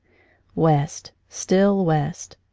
west. still west.